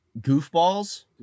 goofballs